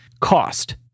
cost